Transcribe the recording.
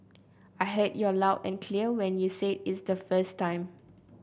I heard you loud and clear when you said it the first time